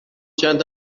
چند